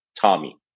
Tommy